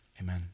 Amen